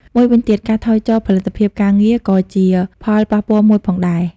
មួយវិញទៀត ការថយចុះផលិតភាពការងារ ក៏ជាផលប៉ះពាល់មួយផងដែរ។